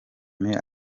müller